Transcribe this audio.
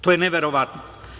To je neverovatno.